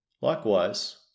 Likewise